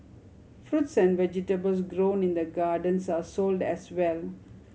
fruits and vegetables grown in the gardens are sold as well